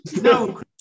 no